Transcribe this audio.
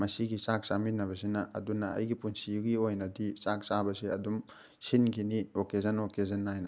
ꯃꯁꯤꯒꯤ ꯆꯥꯛ ꯆꯥꯃꯤꯟꯅꯕꯁꯤꯅ ꯑꯗꯨꯅ ꯑꯩꯒꯤ ꯄꯨꯟꯁꯤꯒꯤ ꯑꯣꯏꯅꯗꯤ ꯆꯥꯛ ꯆꯥꯕꯁꯦ ꯑꯗꯨꯝ ꯁꯤꯟꯈꯤꯅꯤ ꯑꯣꯀꯦꯖꯟ ꯑꯣꯀꯦꯖꯟ ꯅꯥꯏꯅ